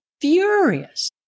furious